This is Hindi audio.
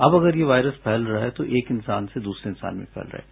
अब अगर से वायरस फैल रहा है तो एक इसान से दूसरे इसान में फैल रहा है